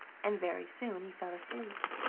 and very soon he fell asleep.